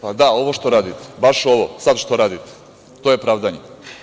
Pa, da, ovo što radite, baš ovo, sad što radite, to je pravdanje.